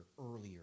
earlier